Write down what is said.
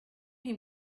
him